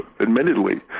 admittedly